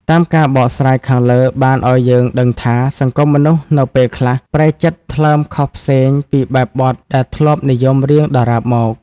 តាមការបកស្រាយខាងលើបានអោយយើងដឹងថា សង្គមមនុស្ស នៅពេលខ្លះ ប្រែចិត្តថ្លើមខុសផ្សេងពីបែបបទដែលធ្លាប់និយមរៀងដរាបមក។